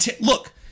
look